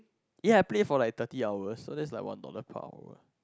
ya I play for like thirty hours so that's like one dollar per hour